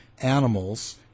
animals